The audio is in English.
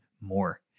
more